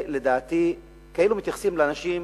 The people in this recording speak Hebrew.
לדעתי זה כאילו מתייחסים לאנשים,